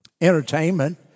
Entertainment